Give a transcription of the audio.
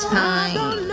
time